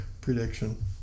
prediction